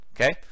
Okay